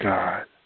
God